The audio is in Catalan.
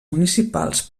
municipals